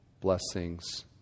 blessings